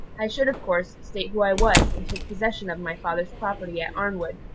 i should, of course, state who i was, and take possession of my father's property at arnwood,